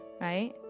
Right